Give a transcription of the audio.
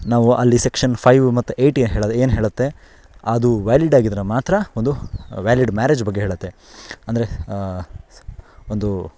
ನಾವು ಅಲ್ಲಿ section five ಮತ್ತೆ ಎಯ್ಟ್ ಏನು ಹೇಳೋದು ಏನು ಹೇಳುತ್ತೆ ಅದು ವ್ಯಾಲಿಡ್ ಆಗಿದ್ರೆ ಮಾತ್ರ ಒಂದು ವ್ಯಾಲಿಡ್ ಮ್ಯಾರೇಜ್ ಬಗ್ಗೆ ಹೇಳುತ್ತೆ ಅಂದರೆ ಒಂದು